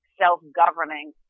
self-governing